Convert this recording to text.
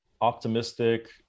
optimistic